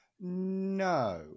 no